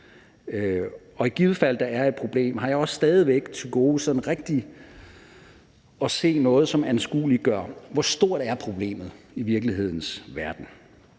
Og i givet fald at der er et problem, har jeg også stadig væk til gode sådan rigtig at se noget, som anskueliggør, hvor stort problemet er i virkelighedens verden.